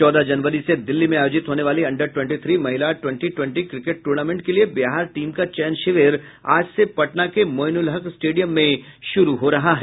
चौदह जनवरी से दिल्ली में आयोजित होने वाली अंडर ट्वेंटी थ्री महिला ट्वेंटी ट्वेंटी क्रिकेट टूर्नामेंट के लिए बिहार टीम का चयन शिविर आज से पटना के मोइनुलहक स्टेडियम में शुरू हो रहा है